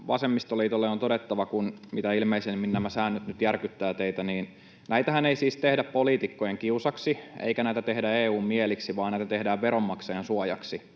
Vasemmistoliitolle on todettava, kun mitä ilmeisimmin nämä säännöt nyt järkyttävät teitä, että näitähän ei siis tehdä poliitikkojen kiusaksi eikä näitä tehdä EU:n mieliksi vaan näitä tehdään veronmaksajan suojaksi